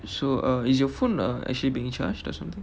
so is your phone uh actually being charged or something